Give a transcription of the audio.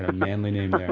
manly name there.